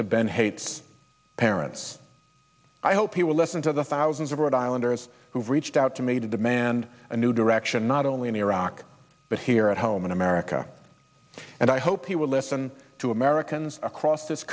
to ben hates parents i hope he will listen to the thousands of rhode islanders who've reached out to me to demand a new direction not only in iraq but here at home in america and i hope he will listen to americans across this